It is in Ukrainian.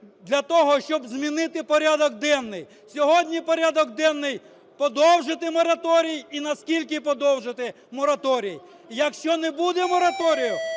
Для того, щоб змінити порядок денний. Сьогодні порядок денний – подовжити мораторій і наскільки подовжити мораторій. Якщо не буде мораторію,